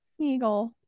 Smeagol